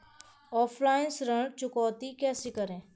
Offline ऋण चुकौती कैसे करते हैं?